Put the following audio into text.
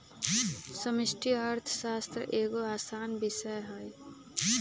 समष्टि अर्थशास्त्र एगो असान विषय हइ